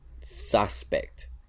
suspect